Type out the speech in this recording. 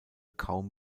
kaum